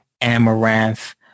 amaranth